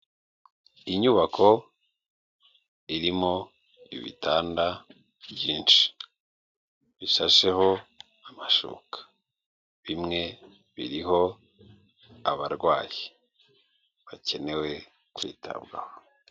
Inyubako irimo ibitanda byinshi bishasheho amashuka, bimwe biriho abarwayi bakenewe kwitabwaho.